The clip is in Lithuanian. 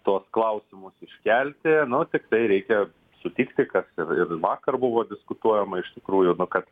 tuos klausimus iškelti nuo tiktai reikia sutikti kas ir vakar buvo diskutuojama iš tikrųjų kad